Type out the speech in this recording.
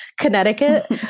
Connecticut